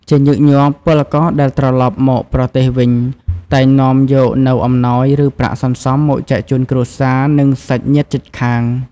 ជាញឹកញាប់ ពលករដែលត្រឡប់មកប្រទេសវិញតែងនាំយកនូវអំណោយ ឬប្រាក់សន្សំមកចែកជូនគ្រួសារ និងសាច់ញាតិជិតខាង។